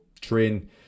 train